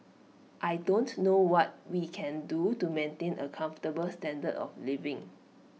I don't know what we can do to maintain A comfortable standard of living